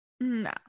No